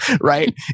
right